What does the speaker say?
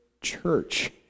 church